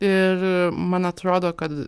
ir man atrodo kad